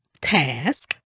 task